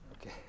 okay